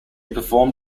performed